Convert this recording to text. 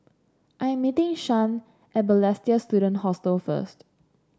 I am meeting Shan at Balestier Student Hostel first